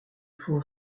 faut